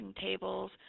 tables